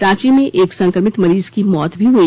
रांची में एक संक्रमित मरीज की मौत भी हुई